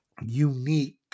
unique